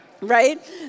Right